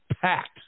Packed